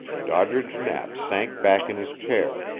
doddridge knapp sank back in his chair,